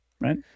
right